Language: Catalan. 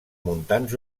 montans